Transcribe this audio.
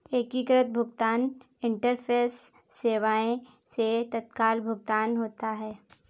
एकीकृत भुगतान इंटरफेस सेवाएं से तत्काल भुगतान होता है